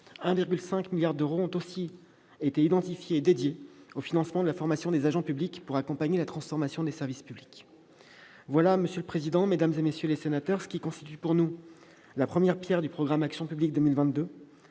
1,5 milliard d'euros ont ainsi été identifiés et dédiés au financement de la formation des agents publics pour accompagner la transformation des services publics. Voilà, monsieur le président, mesdames, messieurs les sénateurs, ce qui constitue pour nous la première pierre du programme Action publique 2022.